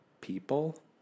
People